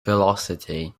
velocity